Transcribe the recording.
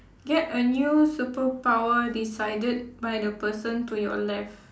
get a new superpower decided by the person to your left